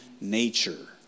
nature